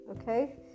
okay